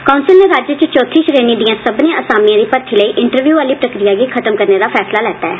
council ने राज्य इच चौथी श्रेणी दियें सब्बनें आसामियें दी भर्ती लेई इंटरव्यू आली प्रक्रिया गी खत्म करने दे फैसला लैत्ता ऐ